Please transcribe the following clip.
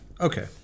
Okay